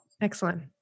Excellent